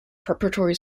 preparatory